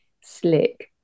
slick